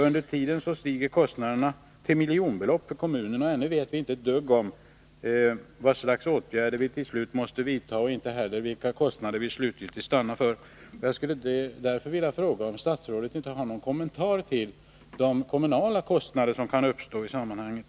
Under tiden stiger kostnaderna för kommunen till miljonbelopp, och ännu vet vi inte ett dugg om vad för slags åtgärder vi till slut måste vidta och inte heller vilka kostnader vi slutgiltigt stannar vid. Därför vill jag fråga om inte statsrådet har någon kommentar vad gäller de kommunala kostnader som kan uppstå i sammanhanget.